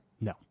No